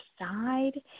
side